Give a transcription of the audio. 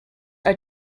are